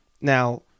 Now